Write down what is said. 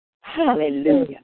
Hallelujah